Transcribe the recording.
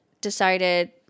decided